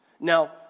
Now